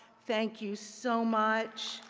thank you so much.